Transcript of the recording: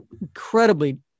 incredibly